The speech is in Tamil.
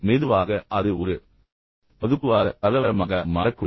மெதுவாக அது ஒரு வகையான வகுப்புவாத கலவரமாக மாறக்கூடும்